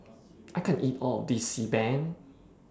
I can't eat All of This Xi Ban